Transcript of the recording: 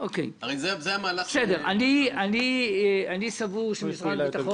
הרי זה המהלך --- אני סבור שמשרד הביטחון